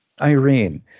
Irene